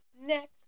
Next